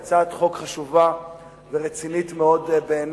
היא הצעת חוק חשובה ורצינית מאוד בעיני,